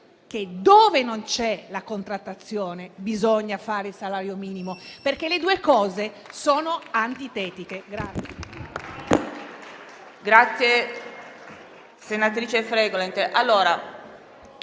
dove non c'è la contrattazione, bisogna corrispondere il salario minimo, perché le due cose sono antitetiche.